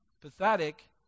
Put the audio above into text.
pathetic